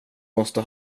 måste